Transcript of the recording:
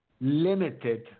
limited